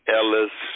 Ellis